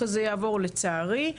בכול